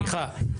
סליחה,